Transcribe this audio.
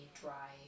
dry